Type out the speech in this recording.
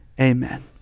Amen